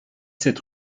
sept